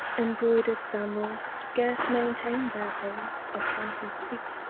embroidered sandals scarce maintain their hold upon his feet,